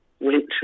went